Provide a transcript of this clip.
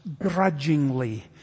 grudgingly